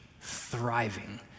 thriving